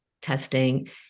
testing